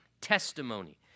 testimony